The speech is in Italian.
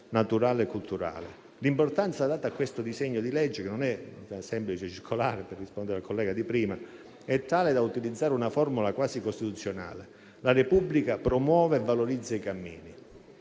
naturale e culturale. L'importanza data a questo disegno di legge, che non è una semplice circolare (per rispondere al collega intervenuto in precedenza), è tale da utilizzare una formula quasi costituzionale: «La Repubblica promuove e valorizza i cammini».